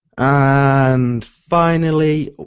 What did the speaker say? and finally,